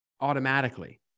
automatically